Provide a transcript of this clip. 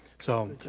so